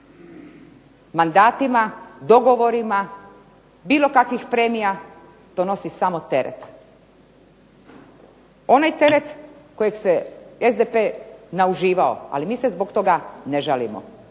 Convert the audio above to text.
mandatima, dogovorima, bilo kakvih premija, donosi samo teret. Onaj teret kojeg se SDP nauživao, ali mi se zbog toga ne žalimo.